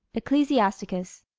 ecclesiasticus.